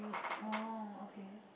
orh okay